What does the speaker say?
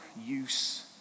use